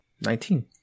Nineteen